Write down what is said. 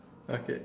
okay